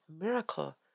miracle